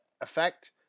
effect